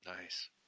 Nice